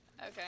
Okay